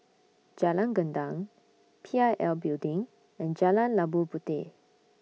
Jalan Gendang P I L Building and Jalan Labu Puteh